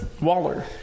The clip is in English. Waller